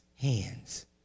hands